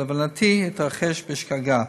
שלהבנתי התרחש בשגגה.